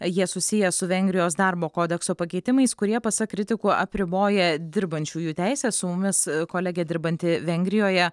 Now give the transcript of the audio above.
jie susiję su vengrijos darbo kodekso pakeitimais kurie pasak kritikų apriboja dirbančiųjų teisę su mumis kolegė dirbanti vengrijoje